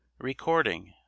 Recording